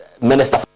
Minister